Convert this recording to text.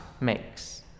makes